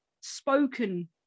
spoken